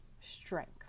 strength